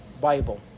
Bible